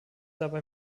dabei